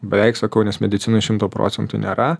beveik sakau nes medicinoj šimto procentų nėra